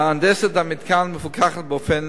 הנדסת המתקן מפוקחת באופן הדוק.